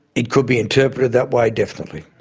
it could be interpreted that way, definitely.